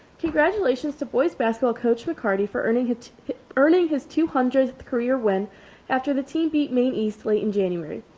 congratulations to boys basketball coach mccarty for earning his earning his two hundredth career win after the team beat maine east like in january.